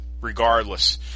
regardless